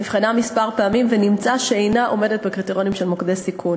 נבחן כמה פעמים ונמצא שאינו עומד בקריטריונים של מוקדי סיכון